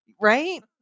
Right